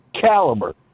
caliber